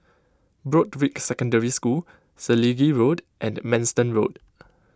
Broadrick Secondary School Selegie Road and Manston Road